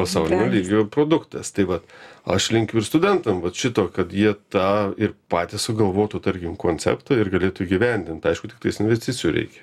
pasaulinio lygio produktas tai vat aš linkiu ir studentam vat šito kad jie tą ir patys sugalvotų tarkim konceptą ir galėtų įgyvendint aišku tiktais investicijų reikia na